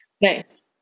Nice